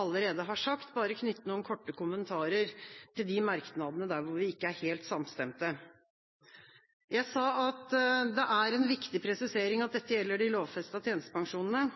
allerede har sagt – bare knytte noen korte kommentarer til de merknadene der vi ikke er helt samstemte. Jeg sa at det er en viktig presisering at dette gjelder de lovfestede tjenestepensjonene,